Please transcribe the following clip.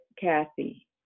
Kathy